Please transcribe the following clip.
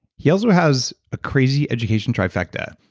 he also has a crazy education trifecta,